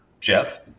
Jeff